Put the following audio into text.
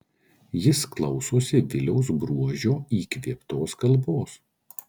jis klausosi viliaus bruožio įkvėptos kalbos